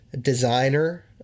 designer